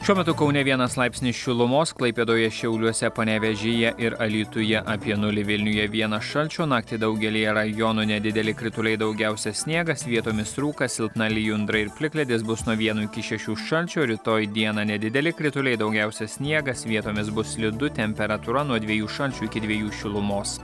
šiuo metu kaune vienas laipsnis šilumos klaipėdoje šiauliuose panevėžyje ir alytuje apie nulį vilniuje vienas šalčio naktį daugelyje rajonų nedideli krituliai daugiausia sniegas vietomis rūkas silpna lijundra ir plikledis bus nuo vieno iki šešių šalčio rytoj dieną nedideli krituliai daugiausia sniegas vietomis bus slidu temperatūra nuo dviejų šalčio iki dviejų šilumos